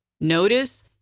Notice